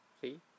See